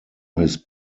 his